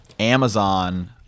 Amazon